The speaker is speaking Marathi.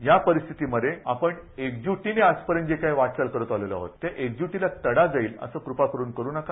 या परिस्थितीमध्ये आपण एकज़टीने आजपर्यंत जी काही वाटचाल करत आलेलो आहे त्या एकजूटीला तडा जाईल असं कृपा करून करू नका